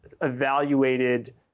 evaluated